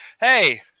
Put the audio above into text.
Hey